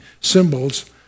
symbols